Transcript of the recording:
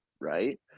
right